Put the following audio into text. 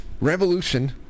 Revolution